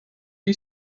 you